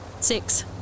Six